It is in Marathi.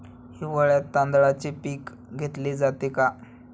हिवाळ्यात तांदळाचे पीक घेतले जाते का?